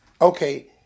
Okay